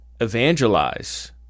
evangelize